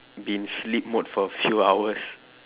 be in sleep mode for a few hours